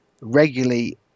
regularly